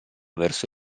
verso